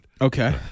Okay